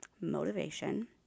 motivation